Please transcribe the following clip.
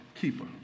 keeper